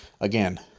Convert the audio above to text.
Again